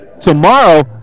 Tomorrow